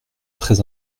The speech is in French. très